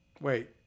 wait